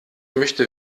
möchte